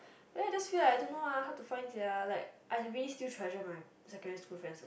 but then I just feel like I don't know eh hard to find sia I really feel still treasure my secondary school friends a lot